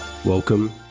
Welcome